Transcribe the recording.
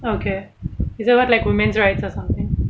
okay is that what like women's rights or something